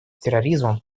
терроризмом